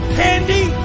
candy